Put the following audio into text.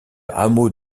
hameau